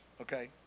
okay